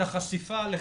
את החשיפה עליכם'.